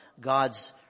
God's